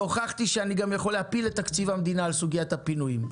והוכחתי שאני גם יכול להפיל את תקציב המדינה על סוגיית הפינויים.